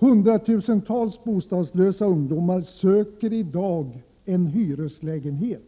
Hundratusentals bostadslösa ungdomar söker i dag en hyreslägenhet,